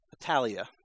Italia